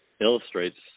illustrates